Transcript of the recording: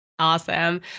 Awesome